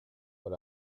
but